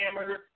hammer